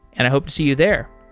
and i hope to see you there.